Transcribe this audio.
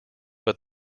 but